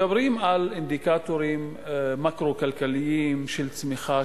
מדברים על אינדיקטורים מקרו-כלכליים של צמיחה,